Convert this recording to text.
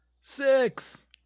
Six